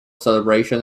celebration